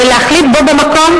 ולהחליט בו במקום,